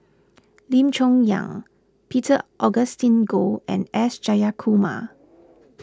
Lim Chong Yah Peter Augustine Goh and S Jayakumar